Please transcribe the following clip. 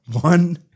One